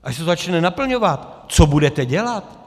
Až se to začne naplňovat, co budete dělat?